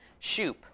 Shoup